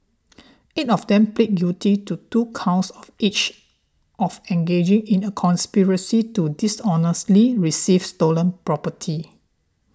eight of them pleaded guilty to two counts of each of engaging in a conspiracy to dishonestly receive stolen property